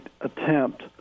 attempt